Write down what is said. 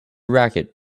racquet